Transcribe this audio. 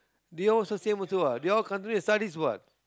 they all also same also what they all continue their studies what